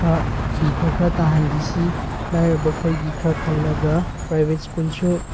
ꯈꯔ ꯐꯤ ꯈꯔ ꯈꯔ ꯇꯥꯍꯟꯕꯤꯁꯤ ꯂꯥꯏꯔꯕ ꯑꯩꯈꯣꯏꯒꯤ ꯈꯔ ꯈꯜꯂꯒ ꯄ꯭ꯔꯥꯏꯚꯦꯠ ꯁ꯭ꯀꯨꯜꯁꯨ